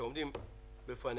שעומדים לפניה.